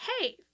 hey